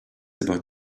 about